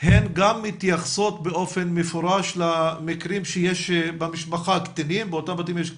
הן גם מתייחסות באופן מפורש למקרים שבאותם בתים יש קטינים,